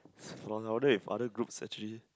if other group actually